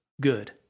good